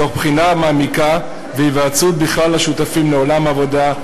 תוך בחינה מעמיקה והיוועצות בכלל השותפים לעולם העבודה,